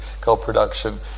co-production